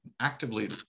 actively